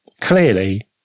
clearly